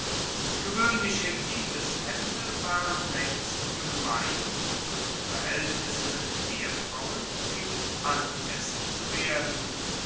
gewöhnliche liebeshändel waren längst gemein und verhältnisse mit ehefrauen fingen an es zu werden